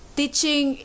teaching